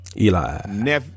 Eli